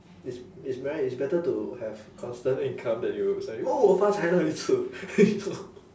it's it's better it's better to have constant income than you suddenly oh 发财那一次